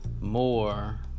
more